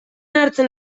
hartzen